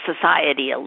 society